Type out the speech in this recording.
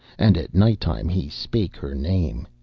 and at night-time he spake her name.